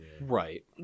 Right